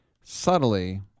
subtly